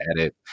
edit